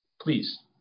Please